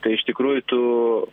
tai iš tikrųjų tu